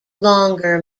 longer